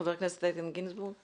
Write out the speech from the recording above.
חבר הכנסת איתן גינזבורג.